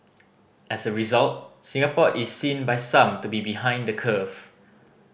as a result Singapore is seen by some to be behind the curve